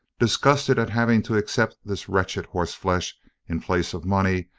disgusted at having to accept this wretched horseflesh in place of money,